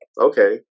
okay